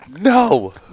no